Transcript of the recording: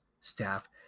staff